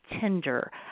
Tinder